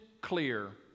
clear